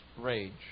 rage